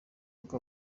uko